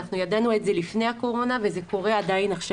ידענו את זה לפני הקורונה וזה קורה גם עכשיו.